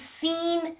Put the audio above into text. seen